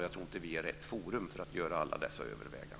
Jag tror inte att vi är rätt forum för att göra alla dessa överväganden.